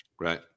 Right